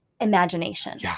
imagination